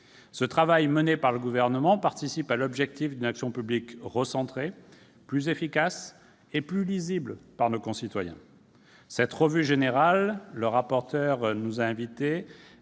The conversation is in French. Ce travail mené par le Gouvernement participe à l'objectif d'une action publique recentrée, plus efficace et plus lisible par nos concitoyens. Cette revue générale, que le rapporteur nous a invités